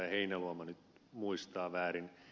heinäluoma nyt muistaa väärin